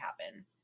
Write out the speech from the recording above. happen